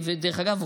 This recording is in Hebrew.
דרך אגב,